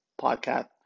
podcast